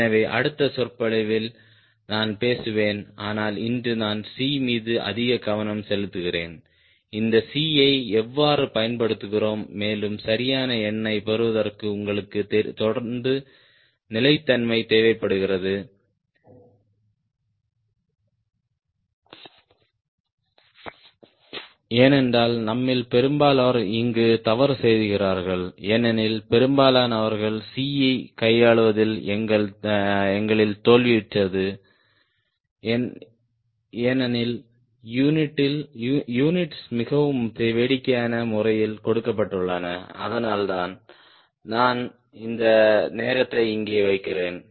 எனவே அடுத்த சொற்பொழிவில் நான் பேசுவேன் ஆனால் இன்று நான் C மீது அதிக கவனம் செலுத்துகிறேன் இந்த C ஐ எவ்வாறு பயன்படுத்துகிறோம் மேலும் சரியான எண்ணைப் பெறுவதற்கு உங்களுக்கு தொடர்ந்து நிலைத்தன்மை தேவைப்படுகிறது ஏனென்றால் நம்மில் பெரும்பாலோர் இங்கு தவறு செய்கிறார்கள் ஏனெனில் பெரும்பாலானவர்கள் C கையாள்வதில் எங்களில் தோல்வியுற்றது ஏனெனில் யூனிட்ஸ் மிகவும் வேடிக்கையான முறையில் கொடுக்கப்பட்டுள்ளன அதனால்தான் நான் இந்த நேரத்தை இங்கே வைக்கிறேன்